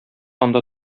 анда